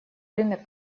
рынок